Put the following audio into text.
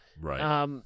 Right